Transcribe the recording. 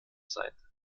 seite